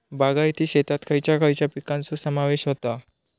बागायती शेतात खयच्या खयच्या पिकांचो समावेश होता?